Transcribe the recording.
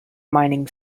mining